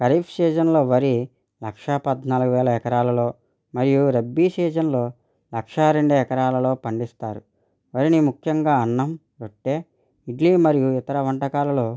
ఖరీఫ్ సీజన్లో వరి లక్ష పద్నాలుగు వేల ఎకరాలలో మరియు రబ్బీ సీజన్లో లక్షా రెండు ఎకరాలలో పండిస్తారు వరిని ముఖ్యంగా అన్నం రొట్టె ఇడ్లీ మరియు ఇతర వంటకాలలో